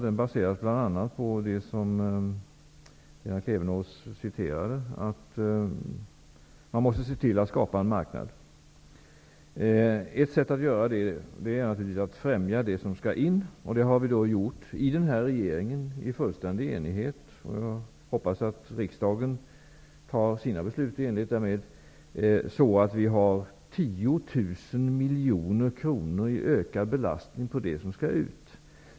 Den baseras bl.a. på det som Lena Klevenås citerade -- man måste se till att skapa en marknad. Ett sätt att göra det är naturligtvis att främja det som skall in på marknaden. Det har vi gjort i den här regeringen i total enighet. Jag hoppas att riksdagen kommer att fatta sina beslut i enlighet därmed så att vi får 10 000 miljoner kronor i ökad belastning på det som skall ut.